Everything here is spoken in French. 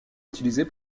utilisée